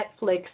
Netflix